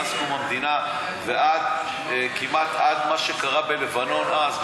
מאז קום המדינה ועד מה שקרה בלבנון אז,